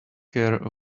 care